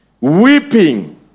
weeping